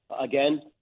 again